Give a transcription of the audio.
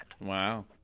Wow